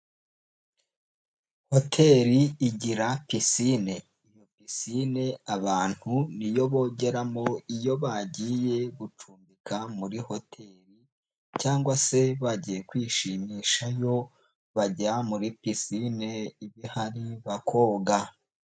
Hotel igira pisine. Pisine abantu niyo bogeramo iyo bagiye gucumbika muri hoteli, cyangwa se bagiye kwishimishayo bajya muri pisine iba ihari bakoga.